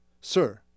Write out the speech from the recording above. Sir